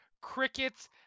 Crickets